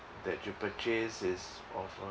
that you purchased is